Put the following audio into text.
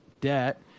debt